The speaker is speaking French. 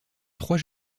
trois